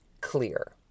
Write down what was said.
clear